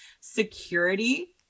security